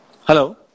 Hello